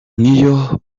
n’iyo